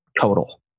total